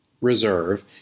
reserve